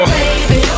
baby